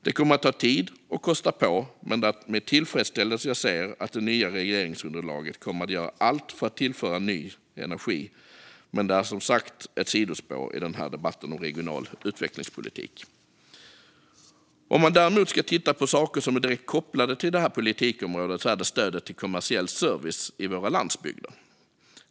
Det kommer att ta tid och kosta på, men det är med tillfredsställelse jag ser att det nya regeringsunderlaget kommer att göra allt för att tillföra ny energi. Det är dock ett sidospår i denna debatt om regional utvecklingspolitik. Något som däremot är direkt kopplat till detta politikområde är stödet till kommersiell service i våra landsbygder.